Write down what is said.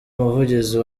umuvugizi